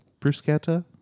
bruschetta